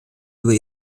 über